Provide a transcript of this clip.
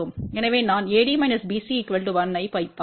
எனவே நான்AD BC 1 ஐவைத்தால்